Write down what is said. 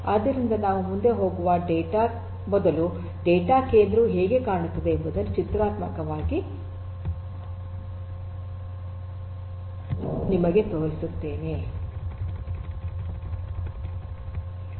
ಆದ್ದರಿಂದ ನಾವು ಮುಂದೆ ಹೋಗುವ ಮೊದಲು ಡೇಟಾ ಕೇಂದ್ರವು ಹೇಗೆ ಕಾಣುತ್ತದೆ ಎಂಬುದನ್ನು ಚಿತ್ರಾತ್ಮಕವಾಗಿ ನಿಮಗೆ ತೋರಿಸುತ್ತೇನೆ